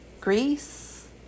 greece